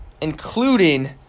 including